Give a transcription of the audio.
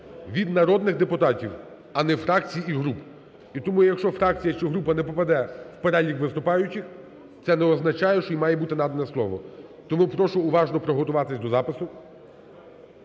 від народних депутатів, а не фракцій і груп. І тому, якщо фракція чи група не попаде в перелік виступаючих, це не означає, що їм має бути надане слово. Тому прошу уважно приготуватись до запису